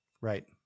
Right